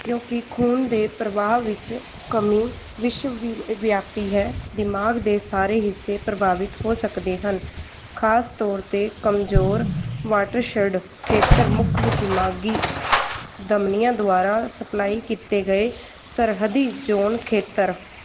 ਕਿਉਂਕਿ ਖੂਨ ਦੇ ਪ੍ਰਵਾਹ ਵਿੱਚ ਕਮੀ ਵਿਸ਼ਵਵਿਆਪੀ ਹੈ ਦਿਮਾਗ ਦੇ ਸਾਰੇ ਹਿੱਸੇ ਪ੍ਰਭਾਵਿਤ ਹੋ ਸਕਦੇ ਹਨ ਖ਼ਾਸ ਤੌਰ 'ਤੇ ਕਮਜ਼ੋਰ ਵਾਟਰਸ਼ਡ ਖੇਤਰ ਮੁੱਖ ਦਿਮਾਗੀ ਧਮਨੀਆਂ ਦੁਆਰਾ ਸਪਲਾਈ ਕੀਤੇ ਗਏ ਸਰਹੱਦੀ ਜੋਨ ਖੇਤਰ